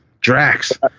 Drax